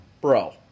bro